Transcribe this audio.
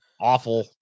awful